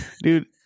dude